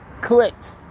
clicked